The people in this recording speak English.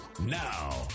Now